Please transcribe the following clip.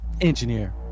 engineer